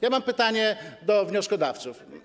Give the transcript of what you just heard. Ja mam pytanie do wnioskodawców.